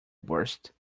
worst